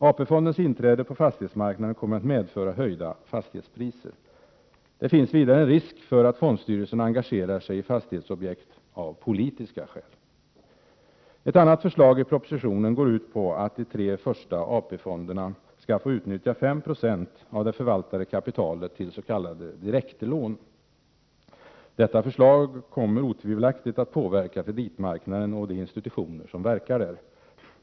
AP-fondens inträde på fastighetsmarknaden kommer att medföra höjda fastighetspriser. Det finns vidare en risk för att fondstyrelserna engagerar sig i fastighetsprojekt av politiska skäl. Ett annat förslag i propositionen går ut på att de tre första AP-fonderna skall få utnyttja 5 96 av det förvaltade kapitalet till s.k. direktlån. Detta förslag kommer otvivelaktigt att påverka kreditmarknaden och de institutioner som verkar där.